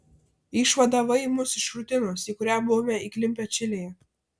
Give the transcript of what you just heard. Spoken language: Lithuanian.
išvadavai mus iš rutinos į kurią buvome įklimpę čilėje